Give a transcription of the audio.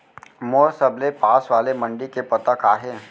मोर सबले पास वाले मण्डी के पता का हे?